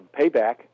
payback